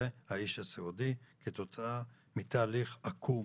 זה האיש הסיעודי כתוצאה מתהליך עקום